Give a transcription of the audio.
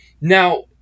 Now